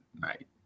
night